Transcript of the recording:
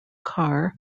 car